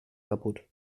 kaputt